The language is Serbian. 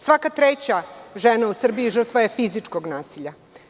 Svaka treća žena u Srbiji žrtva je fizičkog nasilja.